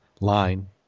line